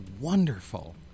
wonderful